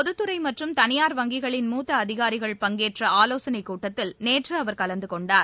பொதுத்துறை மற்றும் தனியார் வங்கிகளின் மூத்த அதிகாரிகள் பங்கேற்ற ஆலோசனைக் கூட்டத்தில் நேற்று அவர் கலந்து கொண்டார்